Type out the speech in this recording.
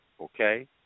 okay